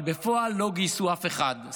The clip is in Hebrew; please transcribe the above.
אבל בפועל לא גייסו אף אחד.